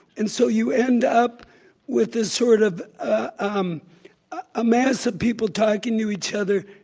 and so you end up with a sort of ah um ah mass of people talking to each other,